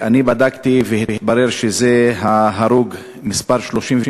אני בדקתי והתברר שזה ההרוג מספר 33